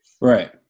Right